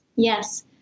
Yes